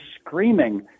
screaming